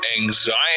anxiety